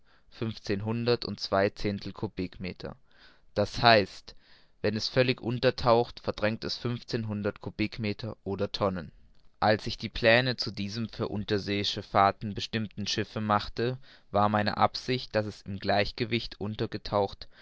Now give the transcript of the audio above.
d h wenn es völlig untertaucht verdrängt es fünfzehnhundert kubikmeter oder tonnen als ich die pläne zu diesem für unterseeische fahrten bestimmten schiffe machte war meine absicht daß es im gleichgewicht untergetaucht